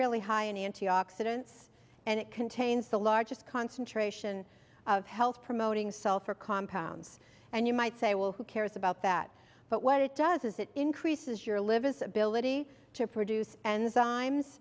really high in antioxidants and it contains the largest concentration of health promoting sulfur compounds and you might say well who cares about that but what it does is it increases your liver is ability to produce an